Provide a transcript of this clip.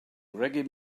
reggae